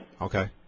Okay